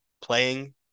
playing